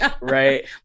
right